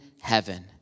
heaven